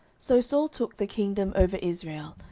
so saul took the kingdom over israel,